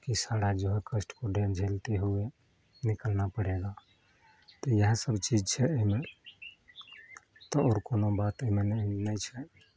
कि सारा जो है कष्ट को झेलते हुए निकलना पड़ेगा तऽ इहए सब चीज छै एहिमे तऽ आओर कोनो बात ओहिमे नहि छै